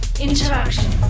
interaction